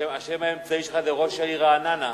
השם האמצעי שלך הוא: ראש העיר רעננה.